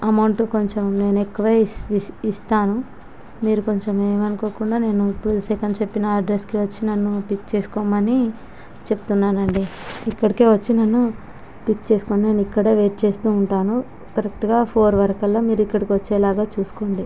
amount కొంచెం నేను ఎక్కువే ఇస్తాను మీరు కొంచెం ఏమనుకోకుండా నేను ఇప్పుడు సెకండ్ చెప్పిన అడ్రెస్సుకి వచ్చి నన్ను పిక్ చేసుకోమని చెప్తున్నానండి ఇక్కడికే వచ్చి నన్ను పిక్ చేసుకోండి నేను ఇక్కడే వెయిట్ చేస్తూ ఉంటాను కరెక్టుగా ఫోర్ వరకల్లా మీరు ఇక్కడకు వచ్చేలాగా చూసుకోండి